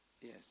Yes